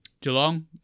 Geelong